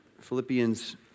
Philippians